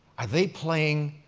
are they playing